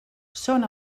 són